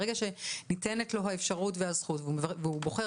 ברגע שניתנת לעובד האפשרות והזכות והוא בוחר